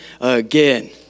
again